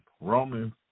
Romans